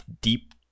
deep